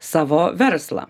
savo verslą